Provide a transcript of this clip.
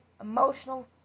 emotional